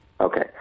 Okay